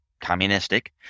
communistic